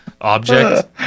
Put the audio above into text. object